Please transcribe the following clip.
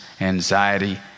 anxiety